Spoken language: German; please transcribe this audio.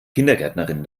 kindergärtnerin